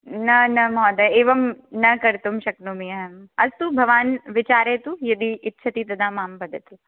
न न महोदय एवं न कर्तुं शक्नोमि अहम् अस्तु भवान् विचारयतु यदि इच्छति तदा मां वदतु